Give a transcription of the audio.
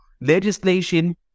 legislation